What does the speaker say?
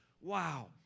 Wow